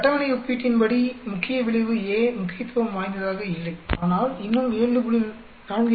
இந்த அட்டவணை ஒப்பீட்டின் படி முக்கிய விளைவு A முக்கியத்துவம் வாய்ந்ததாக இல்லை ஆனால் இன்னும் 7